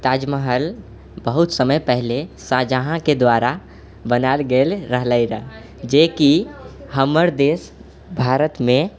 ताजमहल बहुत समय पहले शाहजहाँके द्वारा बनायल गेल रहलै रहै जेकि हमर देश भारतमे